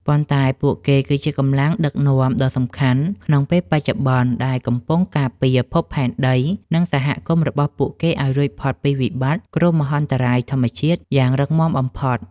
ប៉ុន្តែពួកគេគឺជាកម្លាំងដឹកនាំដ៏សំខាន់ក្នុងពេលបច្ចុប្បន្ន ដែលកំពុងការពារភពផែនដី និងសហគមន៍របស់ពួកគេឱ្យរួចផុតពីវិបត្តិនៃគ្រោះមហន្តរាយធម្មជាតិយ៉ាងរឹងមាំបំផុត។